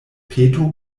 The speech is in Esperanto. peto